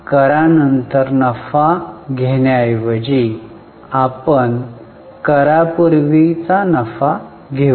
करा नंतर नफा घेण्याऐवजी आपण करा पूर्वी नफा घेऊ